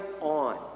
on